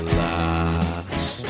last